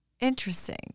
Interesting